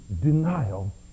denial